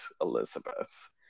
Elizabeth